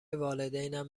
والدینم